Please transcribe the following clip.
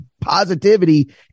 positivity